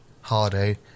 holiday